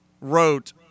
wrote